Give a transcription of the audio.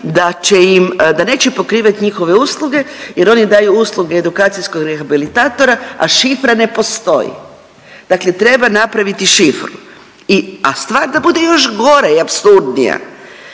da neće pokrivat njihove usluge jer oni daju usluge edukacijskog rehabilitatora, a šifra ne postoji, dakle treba napraviti šifru. I, a stvar da bude još gora i apsurdnija,